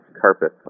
carpet